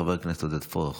חבר הכנסת עודד פורר,